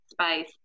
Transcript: space